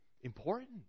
important